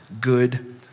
good